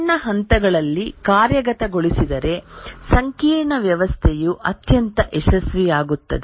ಸಣ್ಣ ಹಂತಗಳಲ್ಲಿ ಕಾರ್ಯಗತಗೊಳಿಸಿದರೆ ಸಂಕೀರ್ಣ ವ್ಯವಸ್ಥೆಯು ಅತ್ಯಂತ ಯಶಸ್ವಿಯಾಗುತ್ತದೆ